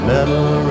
metal